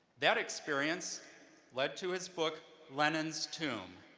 that experience led to his book, lenin's tomb,